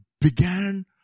began